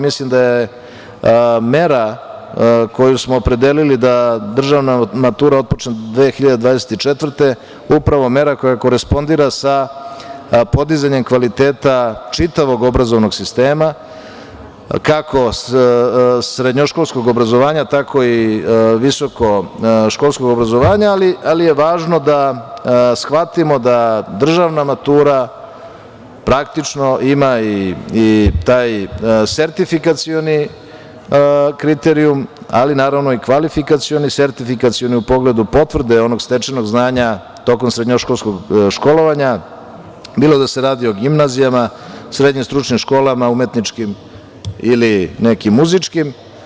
Mislim da je mera koju smo opredelili da državna matura otpočne 2024. godine upravo je mera koja korespondira sa podizanjem kvaliteta čitavog obrazovnog sistema kako srednjoškolskog obrazovanja, tako i visokoškolskog obrazovanja, ali je važno da shvatimo da državna matura praktično ima i taj sertifikacioni kriterijum, ali naravno i kvalifikacioni i sertifikacioni u pogledu potvrde onog stečenog znanja tokom srednjoškolskog školovanja bilo da se radi o gimnazijama, srednjim stručnim školama, umetničkim ili nekim muzičkim.